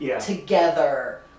together